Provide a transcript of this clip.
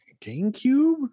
GameCube